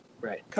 right